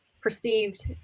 perceived